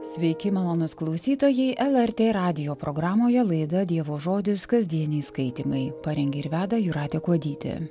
sveiki malonūs klausytojai lrt radijo programoje laida dievo žodis kasdieniai skaitymai parengė ir veda jūratė kuodytė